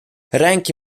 ręki